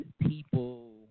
people